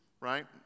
right